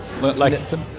Lexington